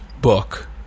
book